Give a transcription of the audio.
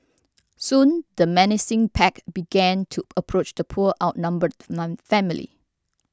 soon the menacing pack began to approach the poor outnumbered family